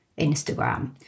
Instagram